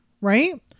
right